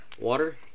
Water